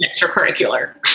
extracurricular